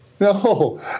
No